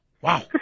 Wow